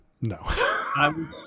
No